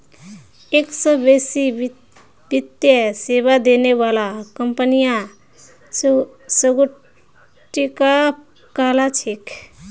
एक स बेसी वित्तीय सेवा देने बाला कंपनियां संगुटिका कहला छेक